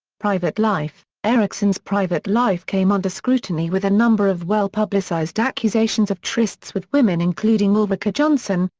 private life eriksson's private life came under scrutiny with a number of well-publicised accusations of trysts with women including ulrika jonsson,